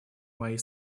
моей